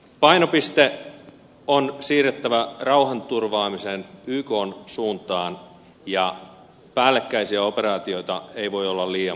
painopiste on siirrettävä ykn suuntaan rauhanturvaamiseen ja päällekkäisiä operaatioita ei voi olla liian monta